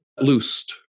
loosed